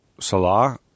Salah